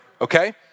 okay